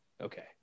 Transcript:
okay